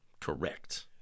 Correct